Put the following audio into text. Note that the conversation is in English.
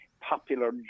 popular